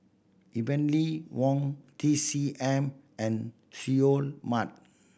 Heavenly Wang T C M and Seoul Mart